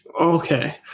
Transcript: Okay